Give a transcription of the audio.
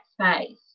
space